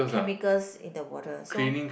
chemicals in the water so